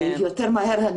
יותר מהר,